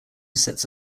sets